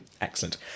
Excellent